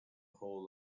whole